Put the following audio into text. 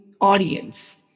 audience